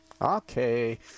okay